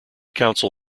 council